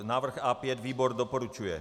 Návrh A5. Výbor doporučuje.